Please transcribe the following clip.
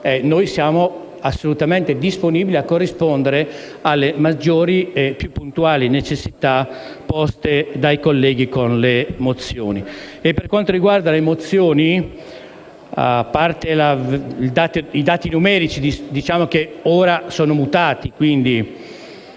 siamo assolutamente disponibili a corrispondere alle maggiori e puntuali necessità poste dai colleghi con le mozioni. Per quanto riguarda le mozioni in oggetto, a parte i dati numerici, che ora sono mutati, e